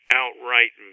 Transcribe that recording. outright